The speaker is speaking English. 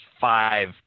five